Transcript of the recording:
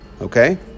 Okay